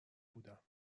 بودم